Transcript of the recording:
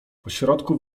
pośrodku